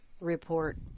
report